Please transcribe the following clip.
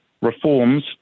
reforms